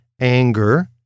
Anger